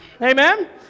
Amen